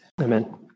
Amen